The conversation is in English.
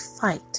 fight